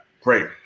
Great